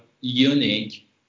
unique